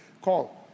call